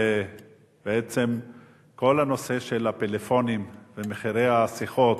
בעצם לכל הנושא של הפלאפונים ומחירי השיחות.